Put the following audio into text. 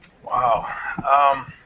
Wow